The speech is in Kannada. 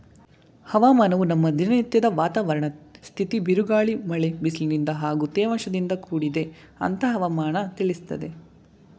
ಹವಾಮಾನವು ನಮ್ಮ ದಿನನತ್ಯದ ವಾತಾವರಣದ್ ಸ್ಥಿತಿ ಬಿರುಗಾಳಿ ಮಳೆ ಬಿಸಿಲಿನಿಂದ ಹಾಗೂ ತೇವಾಂಶದಿಂದ ಕೂಡಿದೆ ಅಂತ ಹವಾಮನ ತಿಳಿಸ್ತದೆ